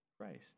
Christ